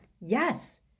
Yes